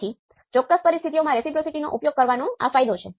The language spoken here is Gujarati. તેથી તે આ ત્રણ સમીકરણોનો ઉકેલ છે